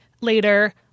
Later